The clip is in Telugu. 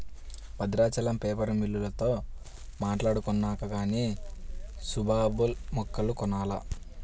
బద్రాచలం పేపరు మిల్లోల్లతో మాట్టాడుకొన్నాక గానీ సుబాబుల్ మొక్కలు కొనాల